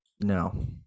No